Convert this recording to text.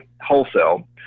wholesale